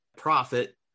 profit